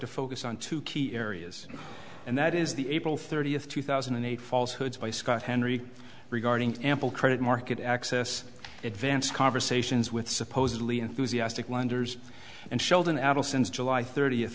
to focus on two key areas and that is the april thirtieth two thousand and eight falshood by scott henry regarding ample credit market access advanced conversations with supposedly enthusiastic lenders and sheldon adelson is july thirtieth